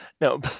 no